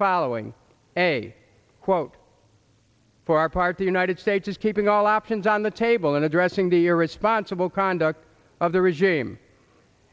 following a quote for our part the united states is keeping all options on the table in addressing the irresponsible conduct of the regime